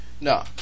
no